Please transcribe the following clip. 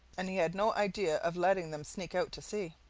and he had no idea of letting them sneak out to sea.